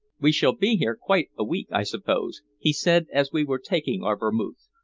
we shall be here quite a week, i suppose, he said as we were taking our vermouth.